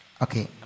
okay